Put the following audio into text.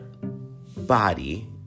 body